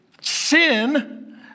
sin